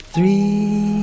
Three